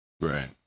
Right